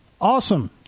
awesome